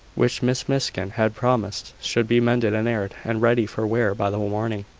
which miss miskin had promised should be mended and aired, and ready for wear by the morning.